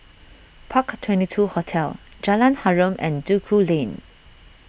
Park Twenty two Hotel Jalan Harum and Duku Lane